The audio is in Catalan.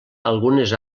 algunes